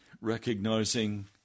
recognizing